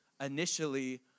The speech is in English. initially